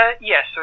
Yes